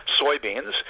soybeans